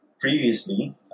Previously